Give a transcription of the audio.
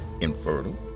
infertile